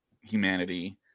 humanity